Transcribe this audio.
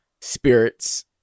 spirits